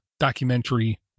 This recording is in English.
documentary